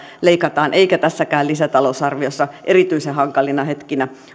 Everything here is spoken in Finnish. leikataan eikä tässäkään lisätalousarviossa erityisen hankalina hetkinä